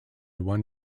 one